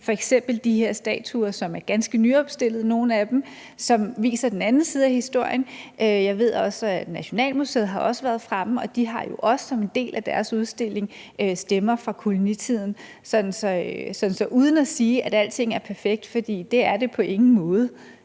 f.eks. de her statuer, hvor nogle af dem er ganske nyopstillede, som viser den anden side af historien. Jeg ved også, at Nationalmuseet har været fremme, og de har det jo også som en del af deres udstilling »Stemmer fra kolonierne«. Så uden at sige, at alting er perfekt – for det er det på ingen måde,